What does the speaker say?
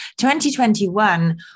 2021